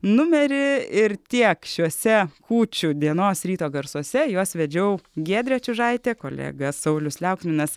numerį ir tiek šiuose kūčių dienos ryto garsuose juos vedžiau giedrė čiužaitė kolega saulius liauksminas